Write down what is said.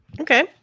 Okay